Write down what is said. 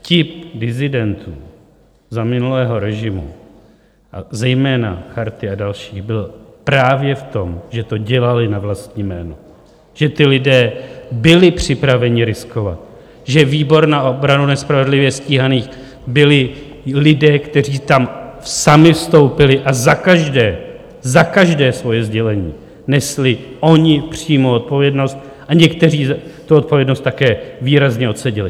Vtip disidentů za minulého režimu, a zejména Charty a dalších, byl právě v tom, že to dělali na vlastní jméno, že ti lidé byli připraveni riskovat, že ve Výboru na obranu nespravedlivě stíhaných byli lidé, kteří tam sami vstoupili, a za každé, za každé svoje sdělení nesli oni přímo odpovědnost a někteří tu odpovědnost také výrazně odseděli.